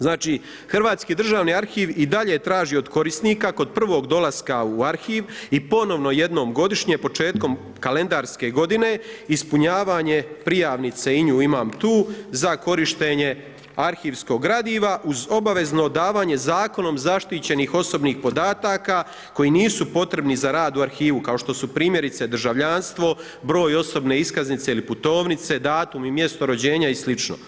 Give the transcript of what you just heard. Znači, Hrvatski državni arhiv i dalje trži od korisnika, kod prvog dolaska u arhiv i ponovno jednom godišnje, početkom kalendarske godine, ispunjavanje prijavnice i nju imam tu, za korištenje arhivskog gradiva uz obavezno davanje, zakonom zaštićenih osobnih podataka, koji nisu potrebni za rad u arhivu, kao što su primjerice državljanstvo, broj osobne iskaznice ili putovnice, datum i mjesto rođenja i slično.